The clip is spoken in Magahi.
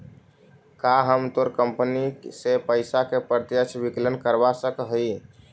का हम तोर कंपनी से पइसा के प्रत्यक्ष विकलन करवा सकऽ हिअ?